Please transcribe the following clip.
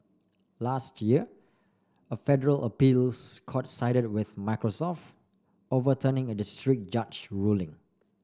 last year a federal appeals court sided with Microsoft overturning a district judge ruling